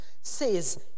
says